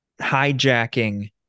hijacking